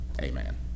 Amen